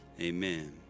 Amen